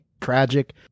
tragic